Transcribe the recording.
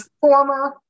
former